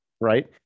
Right